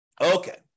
Okay